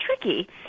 tricky